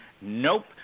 Nope